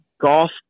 golf